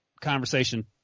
conversation